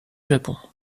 japon